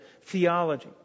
theology